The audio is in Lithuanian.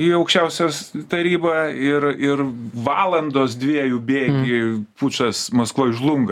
į aukščiausios tarybą ir ir valandos dviejų bėgy pučas maskvoj žlunga